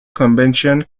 convention